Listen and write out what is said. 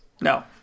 No